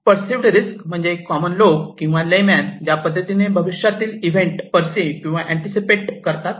perceived risk म्हणजे common लोक किंवा ले मॅन ज्या पद्धतीने भविष्यातील इव्हेंट परसिव्ह किंवा ऍंटीसिपेट करतात